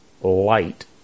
light